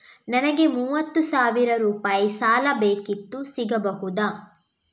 ನನಗೆ ಮೂವತ್ತು ಸಾವಿರ ರೂಪಾಯಿ ಸಾಲ ಬೇಕಿತ್ತು ಸಿಗಬಹುದಾ?